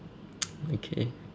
okay